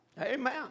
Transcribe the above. Amen